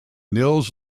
nils